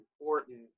important